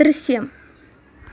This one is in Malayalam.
ദൃശ്യം